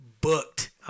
booked